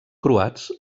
croats